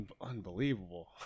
unbelievable